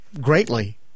greatly